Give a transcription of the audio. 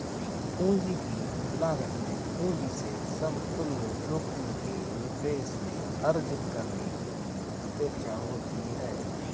पूंजी की लागत में पूंजी से समतुल्य जोखिम के निवेश में अर्जित करने की अपेक्षा होती है